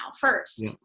first